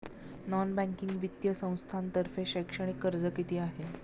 Non banking वित्तीय संस्थांतर्फे शैक्षणिक कर्ज किती आहे?